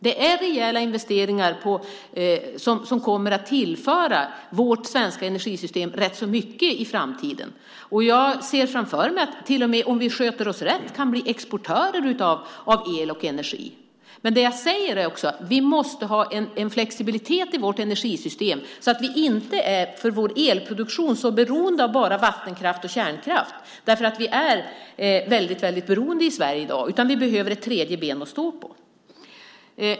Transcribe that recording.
Det görs rejäla investeringar som kommer att tillföra vårt svenska energisystem mycket i framtiden. Jag ser framför mig att vi om vi sköter oss rätt till och med kan bli exportörer av el och energi. Men vi måste också ha en flexibilitet i vårt energisystem, så att vi för vår elproduktion inte är så beroende av bara vattenkraft och kärnkraft. Vi behöver ett tredje ben att stå på.